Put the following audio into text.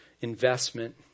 investment